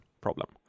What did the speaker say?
problem